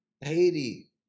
Haiti